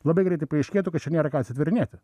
labai greitai paaiškėtų kad čia nėra ką atsitvėrinėti